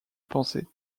pensée